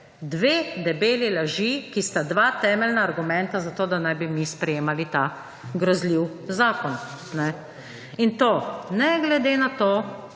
dve debeli laži, ki sta dva temeljna argumenta zato, da naj bi mi sprejemali ta grozljiv zakon. In to ne glede na to,